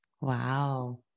Wow